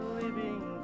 living